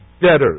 debtors